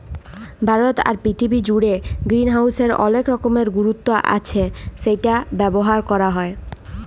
ভারতে আর পীরথিবী জুড়ে গ্রিনহাউসের অলেক রকমের গুরুত্ব আচ্ছ সেটা ব্যবহার ক্যরা হ্যয়